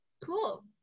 Cool